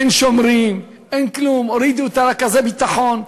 אין שומרים, אין כלום, הורידו את רכזי הביטחון,